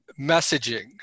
messaging